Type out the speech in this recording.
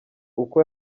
uko